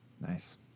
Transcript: Nice